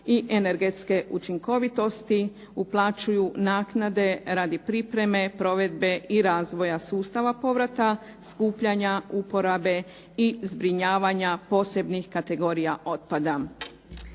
i energetske učinkovitosti uplaćuju naknade radi pripreme, provedbe i razvoja sustava povrata, skupljanja, uporabe i zbrinjavanja posebnih kategorija otpada.